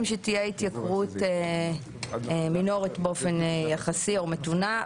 שתהיה התייקרות מינורית באופן יחסי או מתונה,